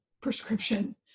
prescription